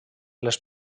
les